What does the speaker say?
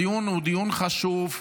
הדיון הוא דיון חשוב,